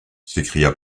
s’écria